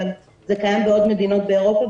אבל זה קיים בעוד מדינות באירופה.